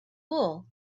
wool